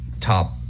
top